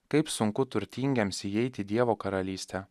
kaip sunku turtingiems įeiti į dievo karalystę